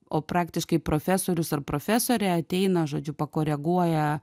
o praktiškai profesorius ar profesorė ateina žodžiu pakoreguoja